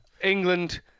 England